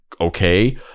okay